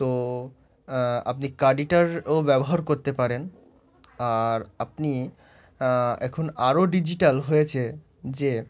তো আপনি কার্ড রিডারও ব্যবহার করতে পারেন আর আপনি এখন আরও ডিজিটাল হয়েছে যে